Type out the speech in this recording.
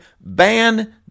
ban